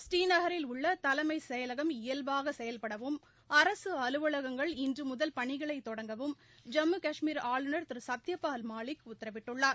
ஸ்ரீநகரில் உள்ள தலைமைச் செயல்பாக செயல்படவும் அரசு அலுவலகங்கள் இன்று முதல் பணிகளை தொடங்கவும் ஜம்மு கஷ்மீர் ஆளுநர் திரு சத்யபால் மாலிக் உத்தரவிட்டுள்ளார்